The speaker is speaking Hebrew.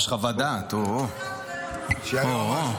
יש חוות דעת, או-או, או-או.